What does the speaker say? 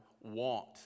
want